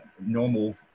normal